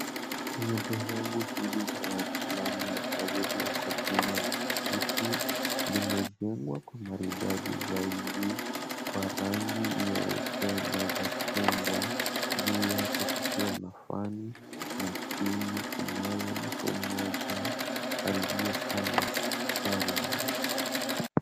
Kuna dhehebu hili la waislamu la kuabudia kwa jina msikiti. Limejengwa kwa maridadi zaidi kwa rangi nyeupe na za chungwa, juu yake kukiwa na feni na chini kunaye mtu mmoja aliyekaa na kusali.